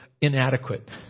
inadequate